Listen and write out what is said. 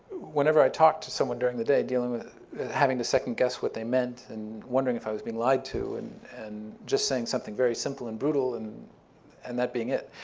whenever i talked to someone during the day, dealing with having to second guess what they meant and wondering if i was being lied to and and just saying something very simple and brutal and and that being it.